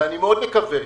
אני מקווה,